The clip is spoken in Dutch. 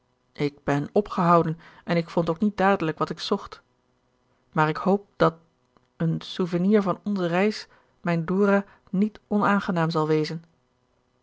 ik ben opgehouden en ik vond ook niet dadelijk wat ik zocht maar ik hoop dat een souvenir van onze reis mijn dora niet onaangenaam zal wezen